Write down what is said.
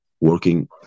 working